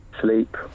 Sleep